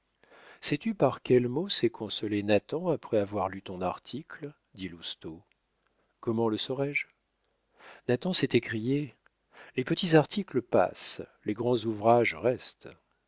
sais-tu par quel mot s'est consolé nathan après avoir lu ton article dit lousteau comment le saurais-je nathan s'est écrié les petits articles passent les grands ouvrages restent